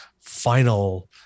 final